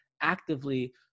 actively